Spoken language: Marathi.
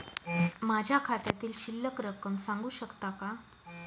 माझ्या खात्यातील शिल्लक रक्कम सांगू शकता का?